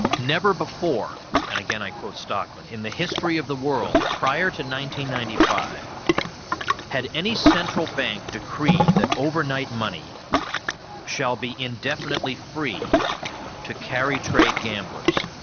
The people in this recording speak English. never before, and again i quote stockman, in the history of the world prior to nineteen ninety-five had any central bank decreed that overnight money shall be indefinitely free to carry trade gamblers,